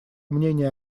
мнение